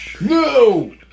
No